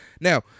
Now